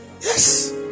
Yes